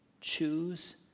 Choose